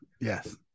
Yes